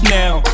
now